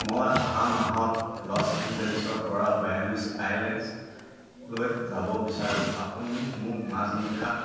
মই অহা মাহত লছ এঞ্জেলেছৰপৰা বুয়েনোছ আইৰেছলৈ যাব বিচাৰোঁঁ আপুনি মোক মাজনিশাত